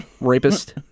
Rapist